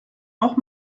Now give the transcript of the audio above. auch